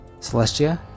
Celestia